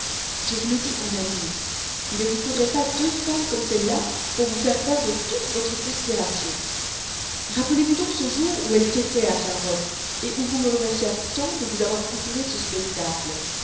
je vous le dis en amie il ne vous faudrait pas deux femmes comme celle-là pour vous faire perdre toute votre considération rappelez-vous donc ce jour où elle quêtait à saint-roch où vous me remerciâtes tant de vous avoir procuré ce spectacle